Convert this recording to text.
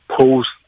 post